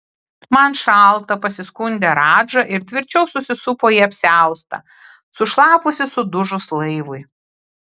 man šalta pasiskundė radža ir tvirčiau susisupo į apsiaustą sušlapusį sudužus laivui